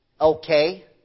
okay